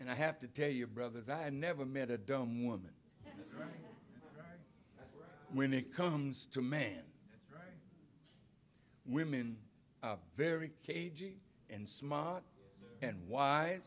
and i have to tell your brothers i never met a dumb woman when it comes to men and women are very cagey and smart and w